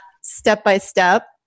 step-by-step